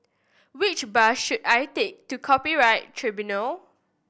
which bus should I take to Copyright Tribunal